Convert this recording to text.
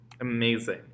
amazing